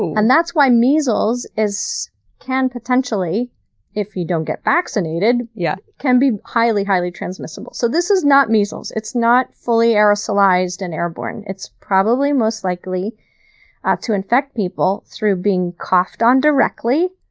and that's why measles can potentially if you don't get vaccinated yeah can be highly, highly transmissible. so this is not measles. it's not fully aerosolized and airborne. it's probably most likely to infect people through being coughed on directly,